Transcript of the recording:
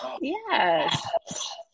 yes